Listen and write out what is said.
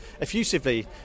effusively